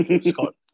Scott